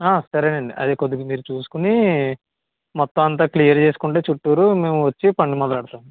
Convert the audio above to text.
సరేనండి అది కొద్దిగా మీరు చూసుకుని మొత్తం అంత క్లియర్ చేసుకుంటే చుట్టూరు మేము వచ్చి పనులు మొదలెడతాం